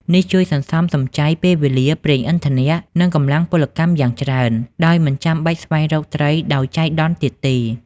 នេះជួយសន្សំសំចៃពេលវេលា ប្រេងឥន្ធនៈ និងកម្លាំងពលកម្មយ៉ាងច្រើន ដោយមិនចាំបាច់ស្វែងរកត្រីដោយចៃដន្យទៀតទេ។